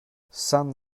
san